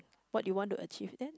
what you want to achieve then